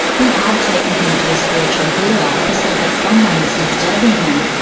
we have taken him to a spiritual healer who said that someone was disturbing him.